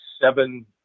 seven